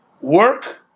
work